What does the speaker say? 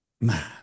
man